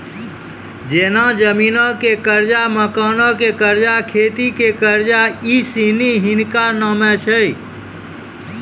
जेना जमीनो के कर्जा, मकानो के कर्जा, खेती के कर्जा इ सिनी हिनका नामे छै